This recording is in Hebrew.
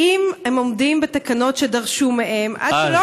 אם הם עומדים בתקנות שדרשו מהם, אז.